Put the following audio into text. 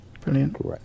Brilliant